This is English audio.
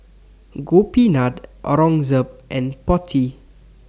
Gopinath Aurangzeb and Potti